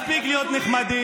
מספיק להיות נחמדים,